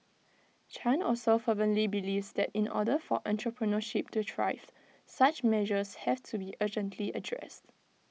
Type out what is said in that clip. chan also fervently believes that in order for entrepreneurship to thrive such measures have to be urgently addressed